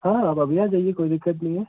हाँ आप अभी आ जाइए कोई दिक्कत नहीं है